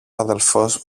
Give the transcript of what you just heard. αδελφός